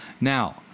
Now